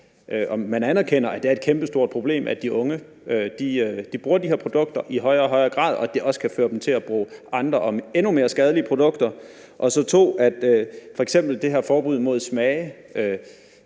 anerkender, at det er et kæmpestort problem, at de unge bruger de her produkter i højere og højere grad, og at det også kan føre dem til at bruge andre og endnu mere skadelige produkter. Så er der f.eks. det her forbud mod smage.